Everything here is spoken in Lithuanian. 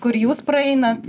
kur jūs praeinat